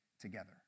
together